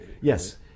Yes